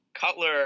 Cutler